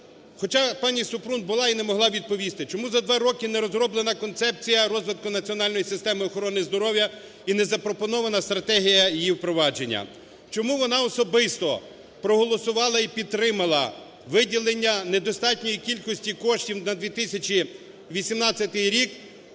Хоча пані Супрун була і не могла відповісти, чому за два роки не розроблена концепція розвитку національної системи охорони здоров'я і не запропонована стратегія її впровадження. Чому вона особисто проголосувала і підтримала виділення недостатньої кількості коштів на 2018 рік